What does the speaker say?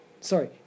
Sorry